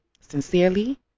Sincerely